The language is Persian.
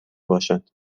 باشند